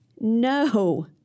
no